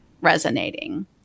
resonating